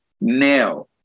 now